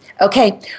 Okay